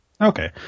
Okay